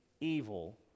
evil